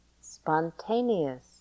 spontaneous